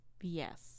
Yes